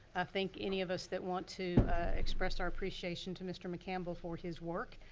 thank any of us that want to express our appreciation to mr. mccampbell for his work.